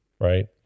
right